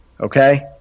okay